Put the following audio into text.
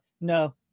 no